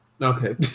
Okay